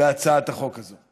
בהצעת החוק הזו,